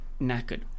knackered